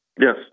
Yes